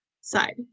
side